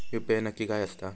UPI नक्की काय आसता?